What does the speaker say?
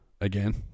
again